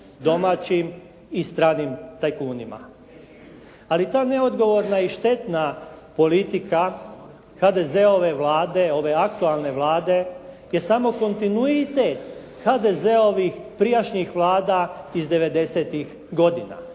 domaćim i stranim tajkunima. Ali ta neodgovorna i štetna politika HDZ-ove Vlade, ove aktualne Vlade gdje samo kontinuitet HDZ-ovih prijašnjih vlada iz devedesetih